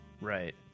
Right